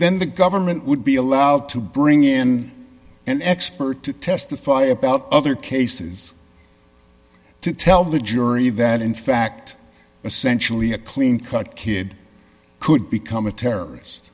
then the government would be allowed to bring in an expert to testify about other cases to tell the jury that in fact essentially a clean cut kid could become a terrorist